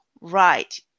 right